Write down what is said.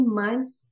months